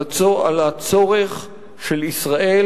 על הצורך של ישראל,